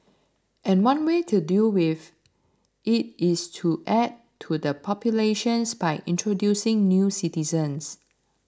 and one way to deal with it is to add to the populations by introducing new citizens